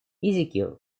ezekiel